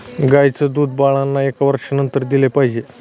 गाईचं दूध बाळांना एका वर्षानंतर दिले पाहिजे